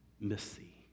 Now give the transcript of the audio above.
Missy